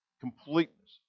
completeness